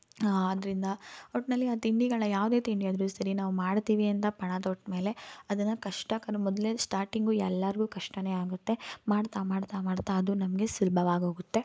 ಆದ್ದರಿಂದ ಒಟ್ಟಿನಲ್ಲಿ ಆ ತಿಂಡಿಗಳ ಯಾವುದೇ ತಿಂಡಿ ಆದ್ರೂ ಸರಿ ನಾವು ಮಾಡ್ತೀವಿ ಅಂತ ಪಣ ತೊಟ್ಟಮೇಲೆ ಅದನ್ನು ಕಷ್ಟಕರ ಮೊದಲೇ ಸ್ಟಾರ್ಟಿಂಗು ಎಲ್ಲರಿಗೂ ಕಷ್ಟವೇ ಆಗುತ್ತೆ ಮಾಡ್ತಾ ಮಾಡ್ತಾ ಮಾಡ್ತಾ ಅದು ನಮಗೆ ಸುಲಭವಾಗಿ ಹೋಗುತ್ತೆ